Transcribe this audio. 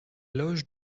loge